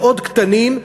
מאוד קטנים,